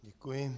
Děkuji.